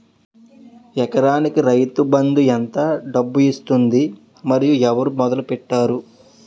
ఎకరానికి రైతు బందు ఎంత డబ్బులు ఇస్తుంది? మరియు ఎవరు మొదల పెట్టారు?